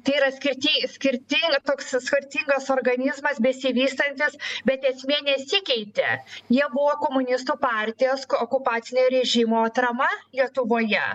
tai yra skirti skirting toks skirtingas organizmas besivystantis bet esmė nesikeitė jie buvo komunistų partijos okupacinio režimo atrama lietuvoje